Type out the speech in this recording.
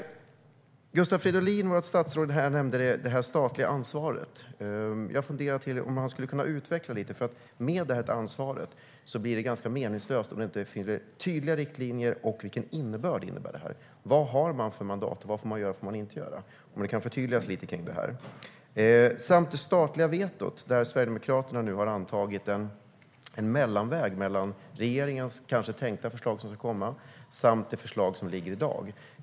Gustav Fridolin nämnde det statliga ansvaret. Jag funderar över om han kan utveckla frågan lite. Ansvaret blir meningslöst om det inte finns tydliga riktlinjer och vetskap om vilket mandat som finns. Vad får man göra och vad får man inte göra? Jag skulle vilja höra ett förtydligande. Sedan var det frågan om det statliga vetot. Sverigedemokraterna har antagit en mellanväg mellan regeringens tänkta förslag som ska läggas fram och det förslag som finns i dag.